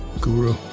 guru